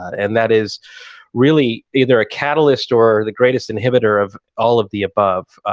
and that is really either a catalyst or the greatest inhibitor of all of the above.